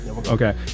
Okay